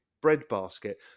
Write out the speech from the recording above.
breadbasket